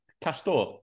Castor